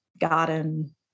garden